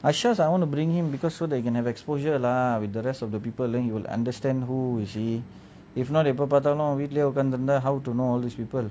I stress I want to bring him because so that he can have exposure lah with the rest of the people then he will understand who you see if not எப்போ பாத்தாலும் வீட்லே உகறந்து இருந்த:eppo paathalum veetlae ookarandhu iruntha how to know all these people